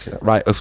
Right